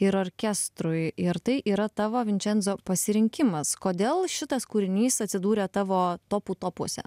ir orkestrui ir tai yra tavo vinčenzo pasirinkimas kodėl šitas kūrinys atsidūrė tavo topų topuose